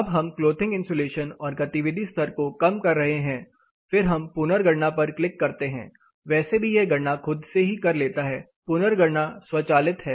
अब हम clothing insulation और गतिविधि स्तर को कम कर रहे हैं फिर हम पुनर्गणना पर क्लिक करते हैं वैसे भी यह गणना खुद से ही कर लेता है पुनर्गणना स्वचालित है